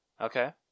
Okay